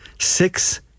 Six